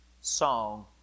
song